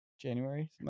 January